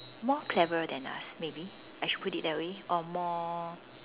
more cleverer than us maybe I should put it that way or more